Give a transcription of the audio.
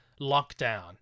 lockdown